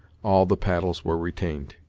all the paddles were retained.